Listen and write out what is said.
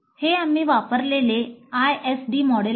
हे आम्ही वापरलेले आयएसडी मॉडेल आहे